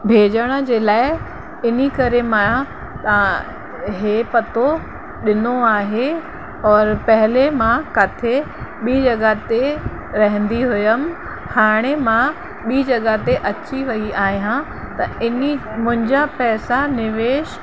भेॼण जे लाइ इनकरे मां आ इहो पतो ॾिनो आहे और पहले मां किथे ॿीं जॻह ते रहंदी हुअमि हाणे मां ॿीं जॻह ते अची वेई आहियां त हिन मुंहिंजा पैसा निवेश